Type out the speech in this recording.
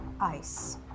ice